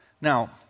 Now